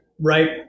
right